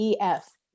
EF